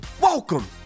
welcome